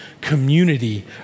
community